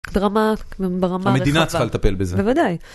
ברמה, ברמה.. . המדינה צריכה לטפל בזה. בוודאי.